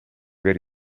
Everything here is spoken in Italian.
per